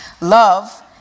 Love